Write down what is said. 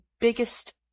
biggest